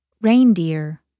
Reindeer